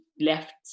left